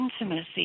intimacy